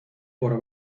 por